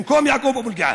במקום יעקוב אבו אלקיעאן,